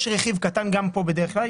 יש רכיב קטן גם פה בדרך כלל,